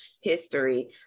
history